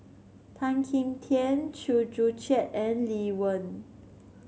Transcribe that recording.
Tan Kim Tian Chew Joo Chiat and Lee Wen